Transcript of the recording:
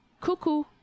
Cuckoo